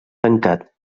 tancat